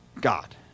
God